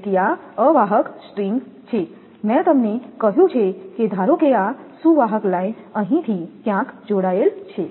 તેથી આ અવાહક સ્ટ્રિંગ છે મેં તમને કહ્યું કે ધારો કે સુવાહક લાઇન અહીંથી ક્યાંક જોડાયેલ છે